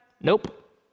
Nope